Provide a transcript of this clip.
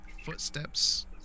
footsteps